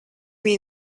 mean